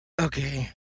okay